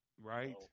Right